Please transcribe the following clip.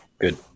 Good